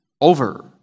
over